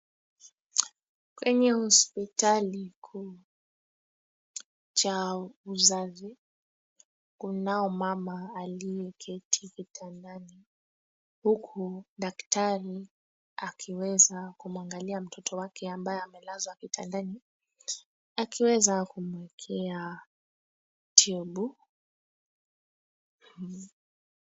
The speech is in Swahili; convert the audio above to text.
Kwenye hospitali kuu cha uzazi kunao mama aliyeketi kitandani huku daktari akiweza kumuangalia mtoto wake ambaye amelazwa kitandani akiweza kumuekea tiubu .